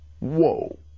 Whoa